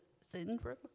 syndrome